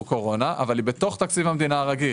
קורונה אבל היא בתוך תקציב המדינה הרגיל.